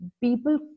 people